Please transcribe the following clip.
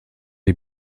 die